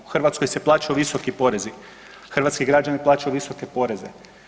U Hrvatskoj se plaćaju visoki porezi, hrvatski građani plaćaju visoke poreze.